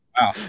Wow